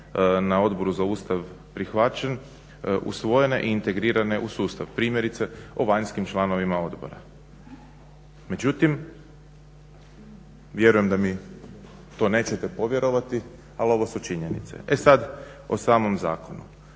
na Odboru za Ustav prihvaćen usvojene i integrirane u sustav, primjerice o vanjskim članovima odbora. Međutim, vjerujem da mi to nećete povjerovati ali ovo su činjenice. E sad, o samom zakonu.